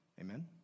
Amen